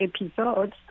episodes